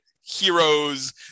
heroes